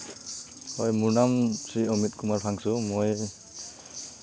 হয় মোৰ নাম শ্ৰী অমিত কুমাৰ ফাংচু মই